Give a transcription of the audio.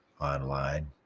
online